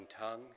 tongue